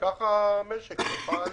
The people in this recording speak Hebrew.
וכך המשק יוכל